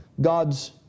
God's